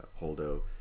Holdo